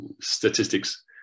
statistics